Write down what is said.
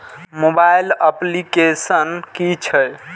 Mobile application कि छै?